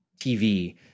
TV